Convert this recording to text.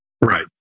Right